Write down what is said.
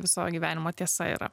viso gyvenimo tiesa yra